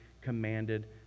commanded